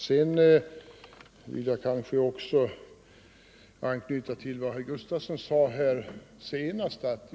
Jag vill anknyta till vad herr Sven Gustafson i Göteborg sade senast.